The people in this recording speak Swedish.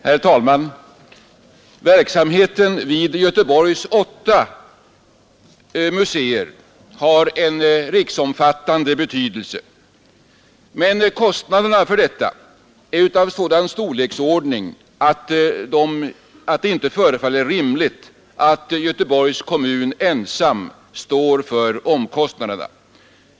Herr talman! Verksamheten vid Göteborgs åtta museer har en riksomfattande betydelse. Kostnaderna är av sådan storleksordning att det inte förefaller rimligt att Göteborgs kommun ensam står för dem.